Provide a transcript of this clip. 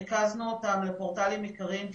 ריכזנו אותם לפורטלים עיקריים,